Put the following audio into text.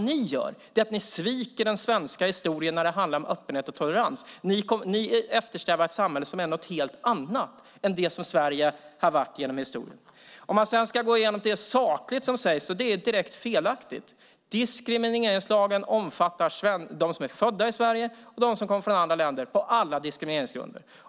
Ni sviker den svenska historien när det handlar om öppenhet och tolerans. Ni eftersträvar ett samhälle som är något helt annat än det som Sverige har varit genom historien. Låt mig gå igenom det som sägs rent sakligt. Det är direkt felaktigt. Diskrimineringslagen omfattar dem som är födda i Sverige och dem som är kommer från andra länder på alla diskrimineringsgrunder.